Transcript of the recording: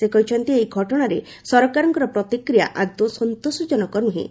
ସେ କହିଛନ୍ତି ଏହି ଘଟଣାରେ ସରକାରଙ୍କ ପ୍ରତିକ୍ରିୟା ଆଦୌ ସନ୍ତୋଷଜନକ ନୁହେଁ